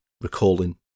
recalling